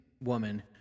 woman